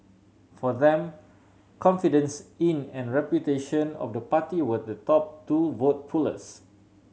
for them confidence in and reputation of the party were the top two vote pullers